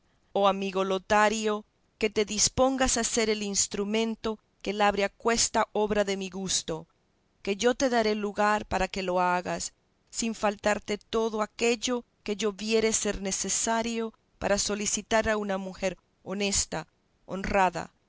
oh amigo lotario que te dispongas a ser el instrumento que labre aquesta obra de mi gusto que yo te daré lugar para que lo hagas sin faltarte todo aquello que yo viere ser necesario para solicitar a una mujer honesta honrada